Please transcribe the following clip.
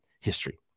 history